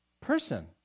person